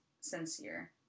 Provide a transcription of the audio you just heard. sincere